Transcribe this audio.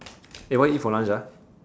eh what you eat for lunch ah